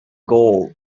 gold